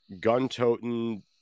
gun-toting